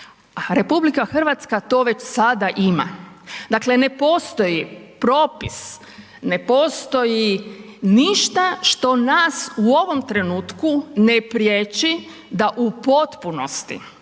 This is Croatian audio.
pojasu, a RH to već sada ima. Dakle, ne postoji propis, ne postoji ništa što nas u ovom trenutku ne priječi da u potpunosti,